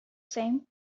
same